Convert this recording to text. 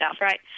right